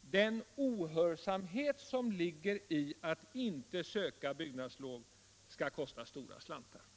Den ohörsamhet som ligger i att inte söka byggnadslov skall kosta stora slantar.